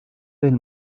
del